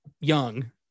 young